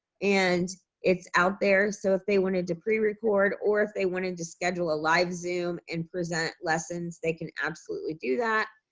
and it's out there, so if they wanted to pre-record or if they wanted to schedule a live zoom and present lessons, they can absolutely do that.